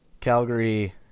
Calgary